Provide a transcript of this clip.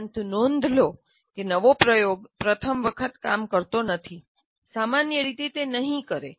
પરંતુ નોંધ લો કે નવો પ્રયોગ પ્રથમ વખત કામ કરતો નથી સામાન્ય રીતે તે નહીં કરે